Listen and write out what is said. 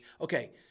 Okay